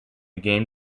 game